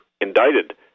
indicted